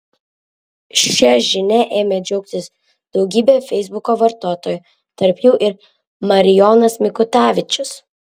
šia žinia ėmė džiaugtis daugybė feisbuko vartotojų tarp jų ir marijonas mikutavičius